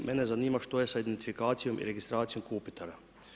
Mene zanima što je sa identifikacijom i registracijom kopitara.